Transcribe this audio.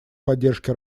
поддержке